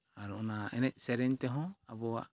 ᱟᱨ ᱚᱱᱟ ᱮᱱᱮᱡ ᱥᱮᱨᱮᱧ ᱛᱮᱦᱚᱸ ᱟᱵᱚᱣᱟᱜ